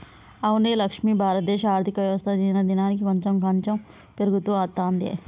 అవునే లక్ష్మి భారతదేశ ఆర్థిక వ్యవస్థ దినదినానికి కాంచెం కాంచెం పెరుగుతూ అత్తందే